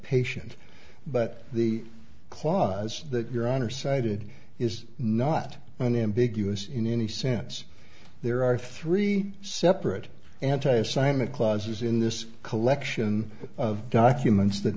patient but the clause that your honor cited is not an ambiguous in any sense there are three separate anti assignment clauses in this collection of documents that